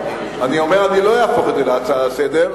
אני אומר שאני לא אהפוך את זה להצעה לסדר-היום.